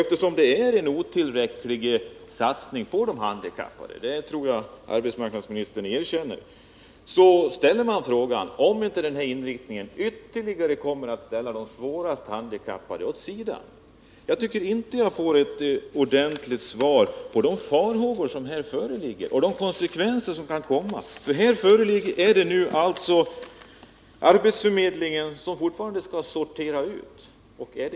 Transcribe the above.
Eftersom det är en otillräcklig satsning på de handikappade — det tror jag att arbetsmarknadsministern erkänner — ställer man frågan, om inte den här inriktningen kommer att ytterligare ställa de svårast handikappade åt sidan. Jag tycker inte att jag får något ordentligt svar när det gäller de farhågor som här föreligger och när det gäller de konsekvenser som kan uppkomma. Det är alltså arbetsförmedlingen som fortfarande skall göra en utsortering.